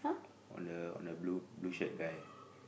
on the on the blue blue shirt guy